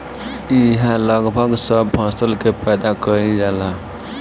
इहा लगभग सब फसल के पैदा कईल जाला